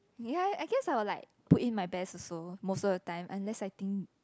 ya I guess I would like put in my best also most of the time unless I think